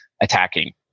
attacking